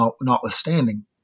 notwithstanding